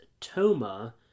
Toma